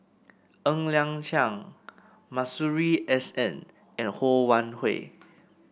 Ng Liang Chiang Masuri S N and Ho Wan Hui